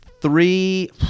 three